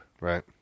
Right